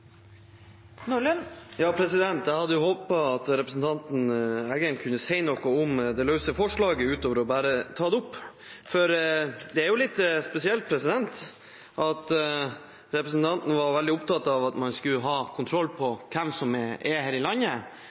Jeg hadde håpet at representanten Engen-Helgheim kunne si noe om det løse forslaget utover bare å ta det opp. For det er jo litt spesielt når representanten var veldig opptatt av at man skulle ha kontroll på hvem som er her i landet